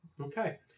Okay